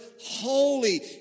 holy